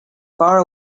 far